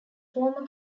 former